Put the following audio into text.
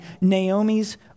Naomi's